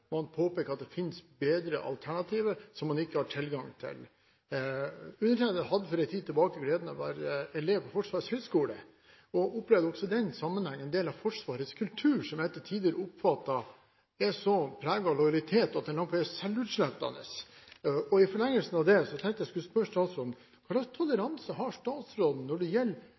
man påpeker at det finnes bedre alternativer som man ikke har tilgang til. Undertegnede hadde for en tid siden gleden av å være elev ved Forsvarets høgskole og opplevde også i den sammenhengen en del av Forsvarets kultur, som jeg til tider oppfattet var så preget av lojalitet at den ble selvutslettende. I forlengelsen av det tenkte jeg at jeg skulle spørre statsråden: Hva slags toleranse har statsråden når det